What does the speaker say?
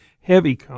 heavy